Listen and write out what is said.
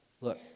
Look